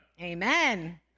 Amen